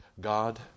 God